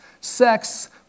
sex